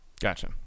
gotcha